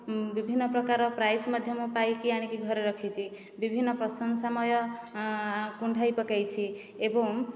ବିଭିନ୍ନ ପ୍ରକାର ପ୍ରାଇଜ ମଧ୍ୟ ମୁଁ ପାଇକି ଆଣିକି ଘରେ ରଖିଛି ବିଭିନ୍ନ ପ୍ରଶଂସାମୟ କୁଣ୍ଢେଇ ପକାଇଛି ଏବଂ